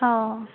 অ